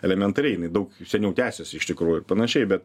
elementariai jinai daug seniau tęsiasi iš tikrųjų ir panašiai bet